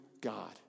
God